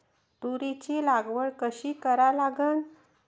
तुरीची लागवड कशी करा लागन?